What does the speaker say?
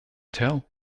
tell